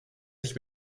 sich